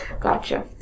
Gotcha